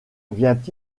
vient